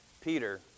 Peter